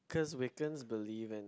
cause Wakens believe in